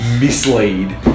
mislead